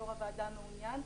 שיושב-ראש הוועדה מעוניין,